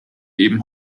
eben